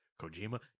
Kojima